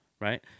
Right